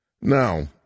Now